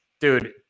dude